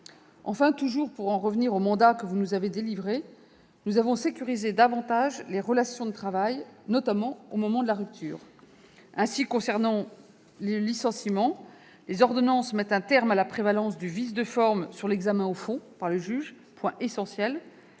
Enfin, pour en revenir au mandat que vous nous avez délivré, nous avons sécurisé davantage les relations de travail, notamment au moment de leur rupture. Ainsi, concernant le licenciement, les ordonnances mettent un terme à la prévalence du vice de forme sur l'examen au fond par le juge- c'est un point essentiel.